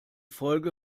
folge